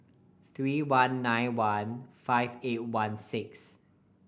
three one nine one five eight one six